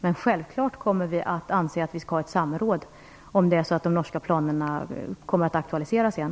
Men självfallet kommer vi att ha ett samråd om de norska planerna kommer att aktualiseras igen.